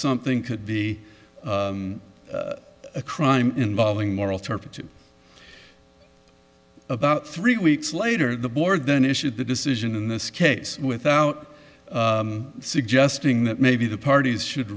something could be a crime involving moral turpitude about three weeks later the board then issued the decision in this case without suggesting that maybe the parties should